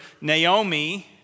Naomi